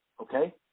Okay